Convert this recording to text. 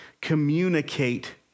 communicate